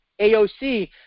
AOC